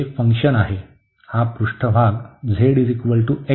हे फंक्शन आहे हा पृष्ठभाग z x आहे